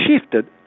shifted